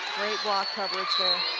great block coverage there.